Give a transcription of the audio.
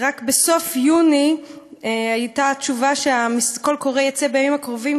שרק בסוף יוני הייתה תשובה שקול קורא יצא בימים הקרובים,